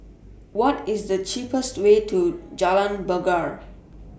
What IS The cheapest Way to Jalan Bungar